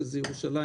שזה ירושלים,